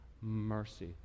mercy